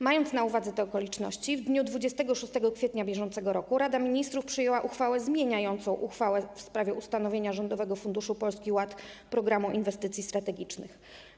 Mając na uwadze te okoliczności, w dniu 26 kwietnia br. Rada Ministrów przyjęła uchwałę zmieniającą uchwałę w sprawie ustanowienia Rządowego Funduszu Polski Ład: Programu Inwestycji Strategicznych.